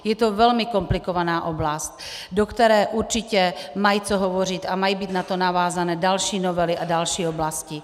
Je to velmi komplikovaná oblast, do které určitě mají co hovořit a mají být na to navázány další novely a další oblasti.